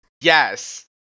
Yes